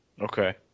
Okay